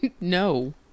No